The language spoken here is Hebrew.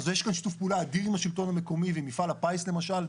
יש כאן שיתוף פעולה אדיר עם השלטון המקומי ועם מפעל הפיס למשל,